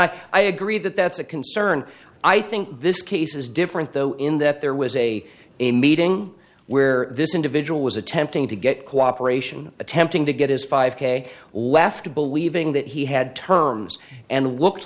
think i agree that that's a concern i think this case is different though in that there was a a meeting where this individual was attempting to get cooperation attempting to get his five k left believing that he had terms and looked